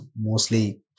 mostly